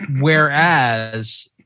Whereas